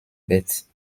bête